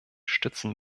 stützen